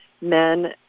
men